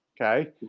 Okay